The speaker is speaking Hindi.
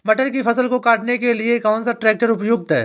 मटर की फसल को काटने के लिए कौन सा ट्रैक्टर उपयुक्त है?